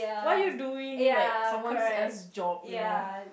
why you doing like someone else job you know